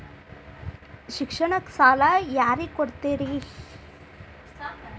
ಶಿಕ್ಷಣಕ್ಕ ಸಾಲ ಯಾರಿಗೆ ಕೊಡ್ತೇರಿ?